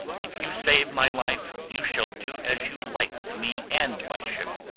if you save my life, you shall do as you like with me and my ship,